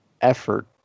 effort